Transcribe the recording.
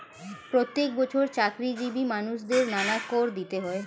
প্রত্যেক বছর চাকরিজীবী মানুষদের নানা কর দিতে হয়